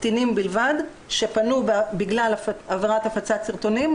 אלה נתונים על קטינים בלבד שפנו למוקד בגלל עבירת הפצת סרטונים.